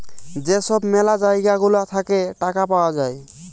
যেই সব ম্যালা জায়গা গুলা থাকে টাকা পাওয়া যায়